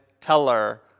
teller